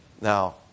Now